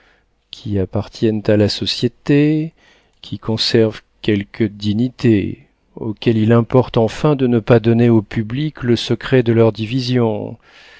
qui appartiennent à la société qui conservent quelque dignité auxquelles il importe enfin de ne pas donner au public le secret de leurs divisions